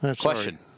Question